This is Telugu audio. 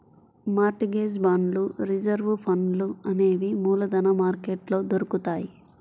మార్ట్ గేజ్ బాండ్లు రిజర్వు ఫండ్లు అనేవి మూలధన మార్కెట్లో దొరుకుతాయ్